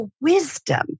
wisdom